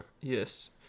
Yes